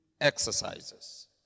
exercises